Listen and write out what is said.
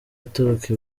aturuka